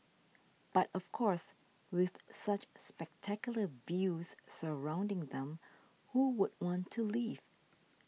but of course with such spectacular views surrounding them who would want to leave